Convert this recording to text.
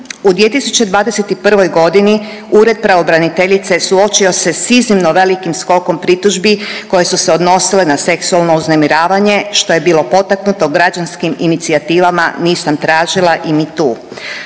U 2021.g. Ured pravobraniteljice suočio se s iznimno velikim skokom pritužbi koje su se odnosile na seksualno uznemiravanje što je bilo potaknuto građanskim inicijativama „Nisam tražila“ i … tu.